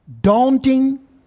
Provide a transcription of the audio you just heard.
daunting